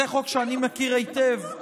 זה חוק שאני מכיר היטב,